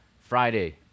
Friday